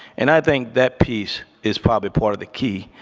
and i think that piece is probably part of the key,